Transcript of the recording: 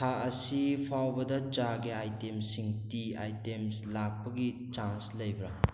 ꯊꯥ ꯑꯁꯤ ꯐꯥꯎꯕꯗ ꯆꯥꯒꯤ ꯑꯥꯏꯇꯦꯝꯁꯤꯡ ꯇꯤ ꯑꯥꯏꯇꯦꯝꯁ ꯂꯥꯛꯄꯒꯤ ꯆꯥꯟꯁ ꯂꯩꯕ꯭ꯔꯥ